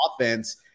offense